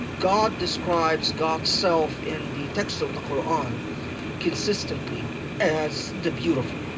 god describes god's self in the text of the qur'an consistently as the beautiful